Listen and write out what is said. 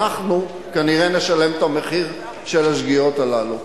אנחנו כנראה נשלם את המחיר של השגיאות האלה.